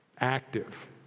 active